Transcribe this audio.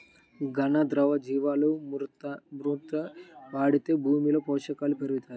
ఘన, ద్రవ జీవా మృతి వాడితే భూమిలో పోషకాలు పెరుగుతాయా?